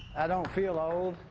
i don't feel old.